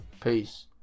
Peace